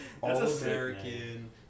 All-American